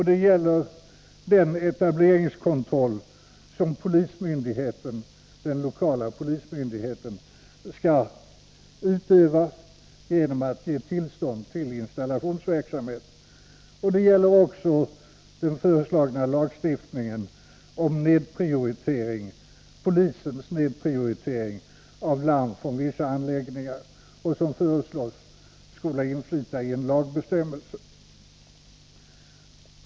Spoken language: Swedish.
Det gäller den etableringskontroll som den lokala polismyndigheten skall utöva, innan det ges tillstånd till installationsverksamhet, och vidare gäller det den föreslagna lagstiftningen om polisens nedprioritering av larm från vissa anläggningar.